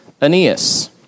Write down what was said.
Aeneas